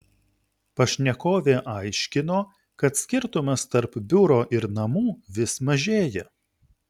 pašnekovė aiškino kad skirtumas tarp biuro ir namų vis mažėja